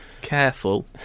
careful